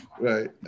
right